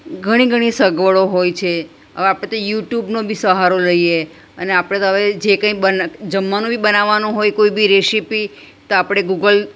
ઘણી ઘણી સગવડો હોય છે હવે આપણે તો યુટ્યુબનો બી સહારો લઈએ અને આપણે તો હવે જે કંઈ બને જમવાનું બી બનાવાનું હોય કોઈ બી રેશિપી તો આપણે ગૂગલ